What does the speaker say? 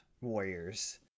warriors